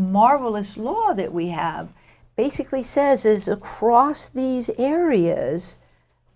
marvelous law that we have basically says is across these areas